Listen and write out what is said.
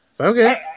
Okay